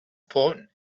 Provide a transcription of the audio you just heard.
part